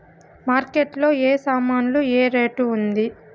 Market లో ఏ ఏ సామాన్లు ఏ ఏ రేటు ఉంది?